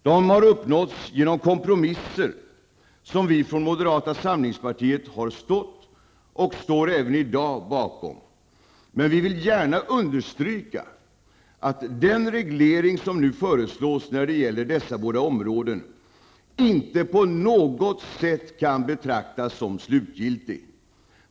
De har uppnåtts genom kompromisser, som vi från moderata samlingspartiet har stått, och står även i dag, bakom, men vi vill gärna understryka att den reglering som nu föreslås när det gäller dessa båda områden inte på något sätt kan betraktas som slutgiltig.